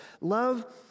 Love